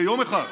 ביום אחד.